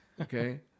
Okay